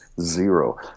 Zero